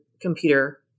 computer